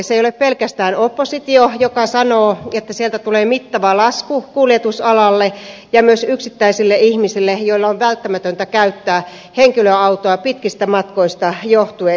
se ei ole pelkästään oppositio joka sanoo että sieltä tulee mittava lasku kuljetusalalle ja myös yksittäisille ihmisille joilla on välttämätöntä käyttää henkilöautoa pitkistä matkoista johtuen